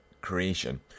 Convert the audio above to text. creation